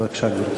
בבקשה, גברתי.